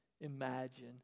imagine